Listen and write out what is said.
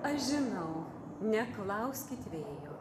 aš žinau neklauskit vėjo